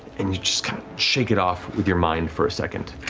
and you just shake it off with your mind for a second.